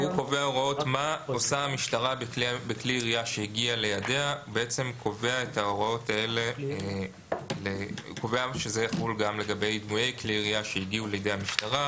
אחרי "כלי ירייה" יבוא "או דמוי כלי ירייה".